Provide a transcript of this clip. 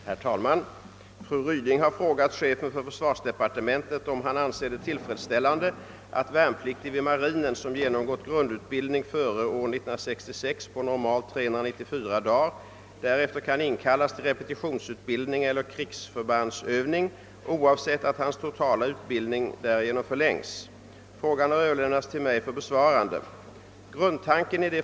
Herr talman! Fru Ryding har frågat chefen för försvarsdepartementet om han anser det tillfredsställande att värnpliktig vid marinen, som genomgått grundutbildning före år 1966 på normalt 394 dagar, därefter kan inkallas till repetitionsutbildning eller krigsförbandsövning oavsett att hans totala utbildning därigenom förlängs. Frågan har överlämnats till mig för besvarande.